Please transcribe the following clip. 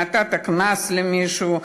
נתת קנס למישהו?